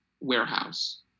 warehouse